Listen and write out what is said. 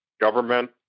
government